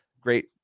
Great